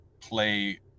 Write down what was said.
play